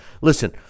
Listen